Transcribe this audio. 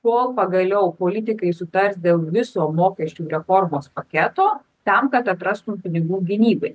kol pagaliau politikai sutars dėl viso mokesčių reformos paketo tam kad atrastų pinigų gynybai